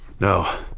no.